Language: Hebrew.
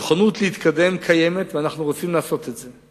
הנכונות להתקדם קיימת, ואנו רוצים לעשות את זה.